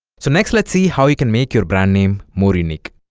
so next let's see how you can make your brand name more unique